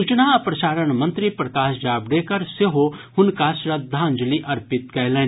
सूचना आ प्रसारण मंत्री प्रकाश जावड़ेकर सेहो हुनका श्रद्वाजंलि अर्पित कयलनि